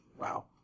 Wow